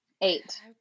eight